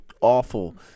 awful